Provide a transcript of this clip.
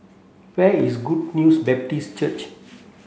where is Good News Baptist Church